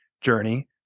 journey